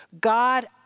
God